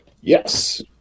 yes